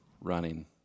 running